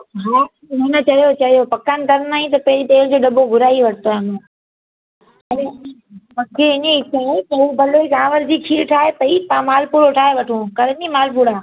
हा हुन चयो चयो पकवान तरिणा आहिनि त पहिरीं तेल जो दॿो घुराए वरितो आहे हुन भलो ही चांवर जी खीर ठाहे पई तव्हां माल पुड़ो ठाहे वठो कंदीअ मालपुड़ा